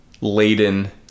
laden